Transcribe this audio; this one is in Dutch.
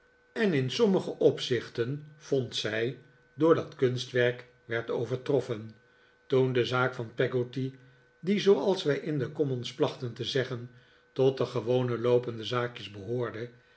en in sommige opzichten vond zij door dat kunstwerk werd overtroffen toen de'zaak van peggotty die zooals wij in de commons plachten te zeggen tot de gewone loopende zaakjes behoorde